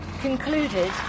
concluded